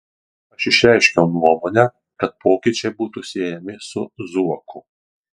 aš išreiškiau nuomonę kad pokyčiai būtų siejami su zuoku